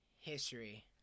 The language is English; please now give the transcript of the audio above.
history